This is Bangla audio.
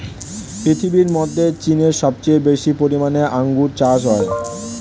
পৃথিবীর মধ্যে চীনে সবচেয়ে বেশি পরিমাণে আঙ্গুর চাষ হয়